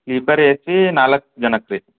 sleeper A C ನಾಲ್ಕು ಜನಕ್ಕೆ ರೀ